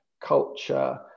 culture